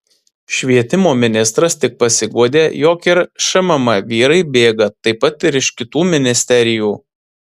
švietimo ministras tik pasiguodė jog ir iš šmm vyrai bėga taip pat ir iš kitų ministerijų